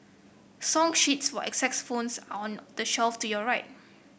song sheets for are on the shelf to your right